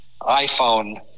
iPhone